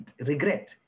regret